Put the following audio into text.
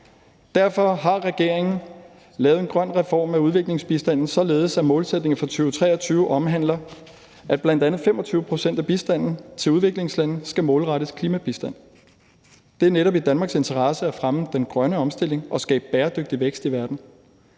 Derfor har regeringen lavet en grøn reform af udviklingsbistanden, således at målsætningen for 2023 omfatter, at bl.a. 25 pct. af bistanden til udviklingslandene skal målrettes klimabistand. Det er netop i Danmarks interesse at fremme den grønne omstilling og skabe bæredygtig vækst i verden.